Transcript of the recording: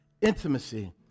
intimacy